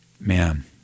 man